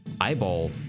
eyeball